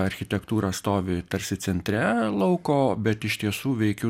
architektūra stovi tarsi centre lauko bet iš tiesų veikiu